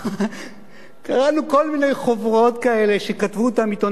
קראנו כל מיני חוברות כאלה שכתבו עיתונאים